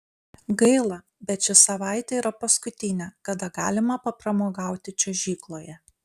gaila bet ši savaitė yra paskutinė kada galima papramogauti čiuožykloje